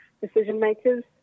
decision-makers